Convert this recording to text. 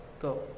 Go